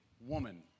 woman